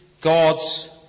God's